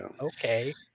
okay